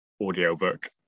audiobook